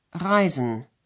reisen